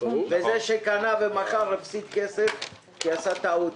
זה שקנה ומכר הפסיד כסף כי עשה טעות,